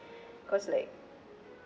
cause like